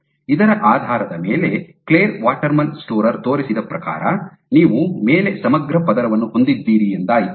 ಇದರ ಆಧಾರದ ಮೇಲೆ ಕ್ಲೇರ್ ವಾಟರ್ಮ್ಯಾನ್ ಸ್ಟೋರ್ರ್ ತೋರಿಸಿದ ಪ್ರಕಾರ ನೀವು ಮೇಲೆ ಸಮಗ್ರ ಪದರವನ್ನು ಹೊಂದಿದ್ದೀರಿ ಎಂದಾಯಿತು